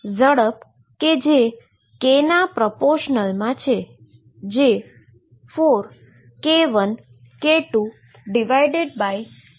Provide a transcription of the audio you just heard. ઝડપ કે જે k ના પ્રપોશનલમાં છે જે 4k1k2 k1k22 થશે